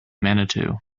manitou